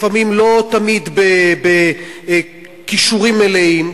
לפעמים לא תמיד בכישורים מלאים,